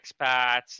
expats